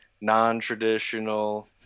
non-traditional